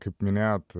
kaip minėjot